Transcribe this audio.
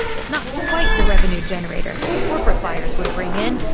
it's not quite the revenue generator his corporate buyers would bring in,